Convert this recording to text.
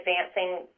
advancing